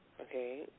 okay